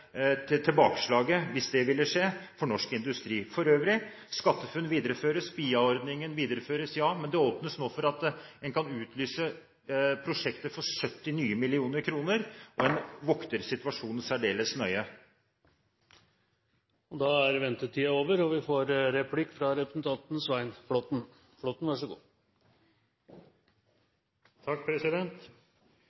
største tilbakeslaget for norsk industri. For øvrig: SkatteFUNN videreføres, BIA-ordningen videreføres, ja, men det åpnes nå for at en kan utlyse prosjekter for 70 nye millioner kroner, og en vokter situasjonen særdeles nøye. Representanten Aasland anla en veldig generell inngang til budsjettet, med overliggende synspunkter. Det synes jeg er bra av komiteens leder. Han snakket om skole, han snakket om naturressurser, og